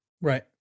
right